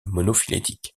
monophylétique